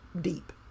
deep